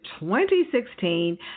2016